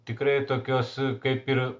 tikrai tokios kaip ir